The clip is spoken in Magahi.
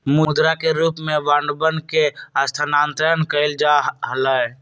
मुद्रा के रूप में बांडवन के स्थानांतरण कइल जा हलय